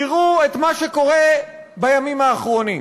תראו את מה שקורה בימים האחרונים: